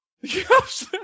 Yes